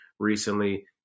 Recently